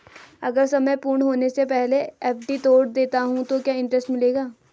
अगर समय पूर्ण होने से पहले एफ.डी तोड़ देता हूँ तो क्या इंट्रेस्ट मिलेगा?